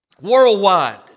Worldwide